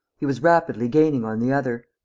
he was rapidly gaining on the other.